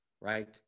right